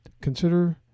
Consider